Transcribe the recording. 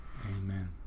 Amen